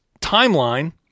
timeline